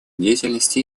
деятельности